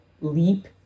Leap